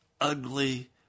ugly